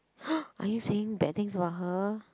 are you saying bad things about her